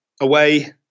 away